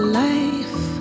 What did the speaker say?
life